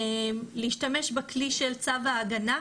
להשתמש בכלי של צו ההגנה,